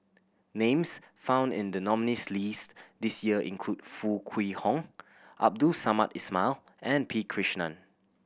names found in the nominees' list this year include Foo Kwee Horng Abdul Samad Ismail and P Krishnan